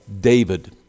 David